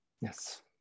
Yes